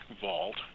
vault